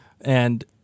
and-